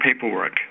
paperwork